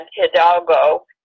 Hidalgo